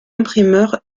imprimeur